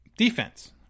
defense